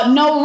no